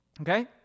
Okay